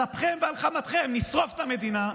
על אפכם ועל חמתכם נשרוף את המדינה,